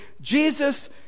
Jesus